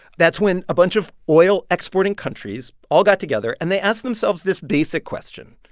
that's when a bunch of oil exporting countries all got together and they ask themselves this basic question.